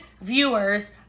viewers